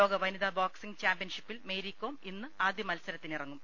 ലോക്വനിതാ boxing ചാമ്പ്യൻഷിപ്പിൽ മേരികോം ഇന്ന് ആദ്യമത്സരത്തിന് ഇറങ്ങും